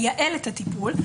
לייעל את הטיפול,